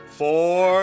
four